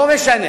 לא משנה.